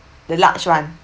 the large one